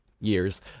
years